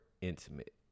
intimate